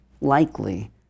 likely